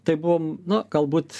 tai buvom na galbūt